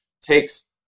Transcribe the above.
takes